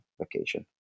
vacation